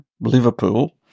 Liverpool